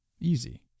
Easy